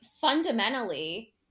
fundamentally